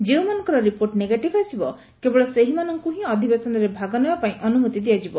ଯେଉଁମାନଙ୍କର report negative ଆସିବ କେବଳ ସେହିମାନଙ୍କୁ ହିଁ ଅଧିବେଶନରେ ଭାଗ ନେବାପାଇଁ ଅନୁମତି ଦିଆଯିବ